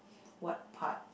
what part